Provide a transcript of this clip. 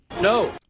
No